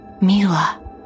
Mila